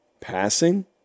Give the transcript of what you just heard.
passing